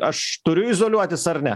aš turiu izoliuotis ar ne